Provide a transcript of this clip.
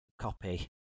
copy